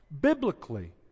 biblically